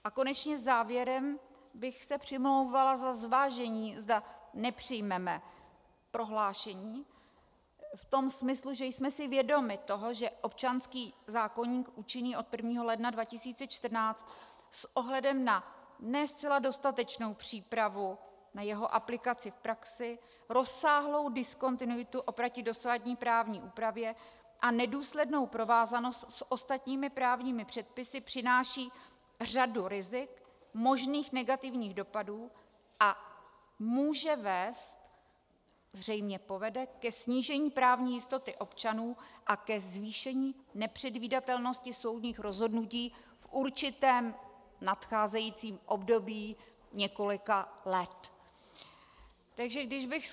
A konečně závěrem bych se přimlouvala za zvážení, zda nepřijmeme prohlášení v tom smyslu, že jsme si vědomi toho, že občanský zákoník účinný od 1. ledna 2014 s ohledem na ne zcela dostatečnou přípravu na jeho aplikaci v praxi, rozsáhlou diskontinuitu oproti dosavadní právní úpravě a nedůslednou provázanost s ostatními právními předpisy přináší řadu rizik, možných negativních dopadů a může vést, zřejmě povede, ke snížení právní jistoty občanů a ke zvýšení nepředvídatelnosti soudních rozhodnutí v určitém nadcházejícím období několika let.